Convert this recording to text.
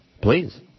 Please